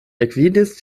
ekvidis